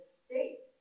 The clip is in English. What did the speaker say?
state